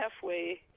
halfway